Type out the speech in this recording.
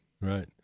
right